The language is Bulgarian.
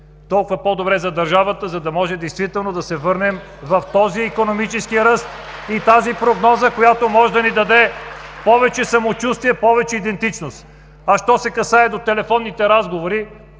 толкова по-добре за държавата, за да може действително да се върнем към този икономически ръст, и тази прогноза (ръкопляскания от ГЕРБ), която може да ни даде повече самочувствие, повече идентичност! Що се касае до телефонните разговори,